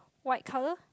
white colour